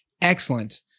Excellent